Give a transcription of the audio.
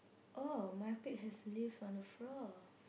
oh my pigs have leaves on the floor